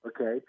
okay